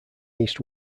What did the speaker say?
east